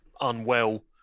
unwell